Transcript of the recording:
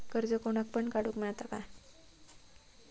कर्ज कोणाक पण काडूक मेलता काय?